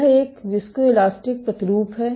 यह एक विस्कोइलास्टिक प्रतिरूप है